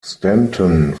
stanton